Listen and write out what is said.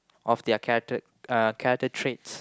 of their character uh character traits